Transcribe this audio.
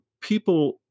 people